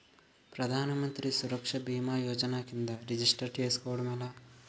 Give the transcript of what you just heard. ప్రధాన మంత్రి సురక్ష భీమా యోజన కిందా రిజిస్టర్ చేసుకోవటం ఎలా?